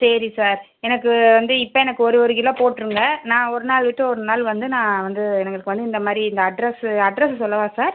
சரி சார் எனக்கு வந்து இப்போ எனக்கு ஒரு ஒரு கிலோ போட்டுருங்க நான் ஒரு நாள் விட்டு ஒரு நாள் வந்து நான் வந்து எங்களுக்கு வந்து இந்த மாதிரி இந்த அட்ரெஸ்ஸு அட்ரெஸ்ஸு சொல்லவா சார்